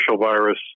virus